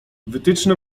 wytyczne